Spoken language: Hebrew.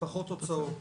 פחות הוצאות.